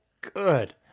good